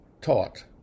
taught